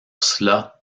cela